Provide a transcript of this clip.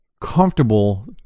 comfortable